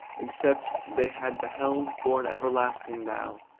except they had beheld, born everlasting now.